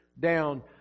down